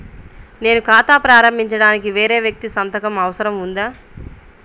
నేను ఖాతా ప్రారంభించటానికి వేరే వ్యక్తి సంతకం అవసరం ఉందా?